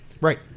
Right